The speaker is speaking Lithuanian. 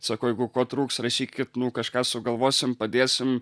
sakau jeigu ko trūks rašykit nu kažką sugalvosim padėsim